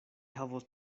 havos